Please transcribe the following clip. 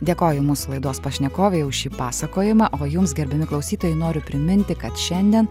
dėkoju mūsų laidos pašnekovei už šį pasakojimą o jums gerbiami klausytojai noriu priminti kad šiandien